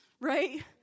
right